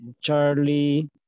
Charlie